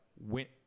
went